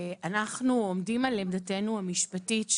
אנחנו עומדים על עמדתנו המשפטית,